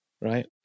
right